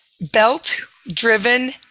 belt-driven